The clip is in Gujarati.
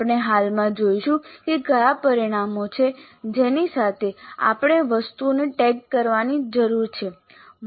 આપણે હાલમાં જોઈશું કે કયા પરિમાણો છે જેની સાથે આપણે વસ્તુઓને ટેગ કરવાની જરૂર છે